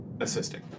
assisting